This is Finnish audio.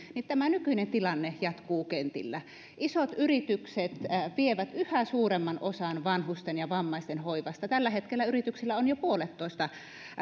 niin tämä nykyinen tilanne jatkuu kentillä isot yritykset vievät yhä suuremman osan vanhusten ja vammaisten hoivasta tällä hetkellä yrityksillä on jo puolet